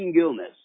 illness